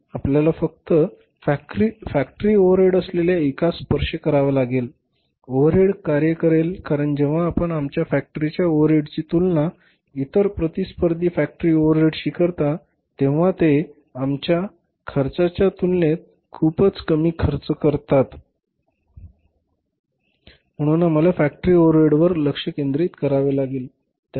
आपल्याला फक्त factory overhead असलेल्या एकास स्पर्श करावा लागेल ओव्हरहेड कार्य करेल कारण जेव्हा आपण आमच्या फॅक्टरीच्या ओव्हरहेडची तुलना इतर प्रतिस्पर्धी फॅक्टरी ओव्हरहेडशी करता तेव्हा ते आमच्या खर्चाच्या तुलनेत खूपच कमी खर्च करतात म्हणून आम्हाला फॅक्टरी ओव्हरहेडवर लक्ष केंद्रित करावे लागेल